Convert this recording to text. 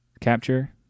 capture